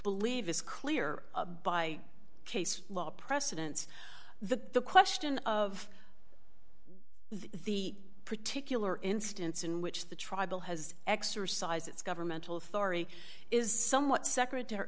believe is clear by case law precedents the question of the particular instance in which the tribal has exercised its governmental authority is somewhat secretary